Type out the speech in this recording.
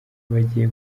bagiye